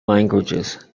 languages